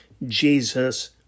Jesus